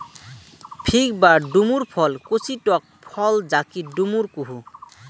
fig বা ডুমুর ফল কচি টক ফল যাকি ডুমুর কুহু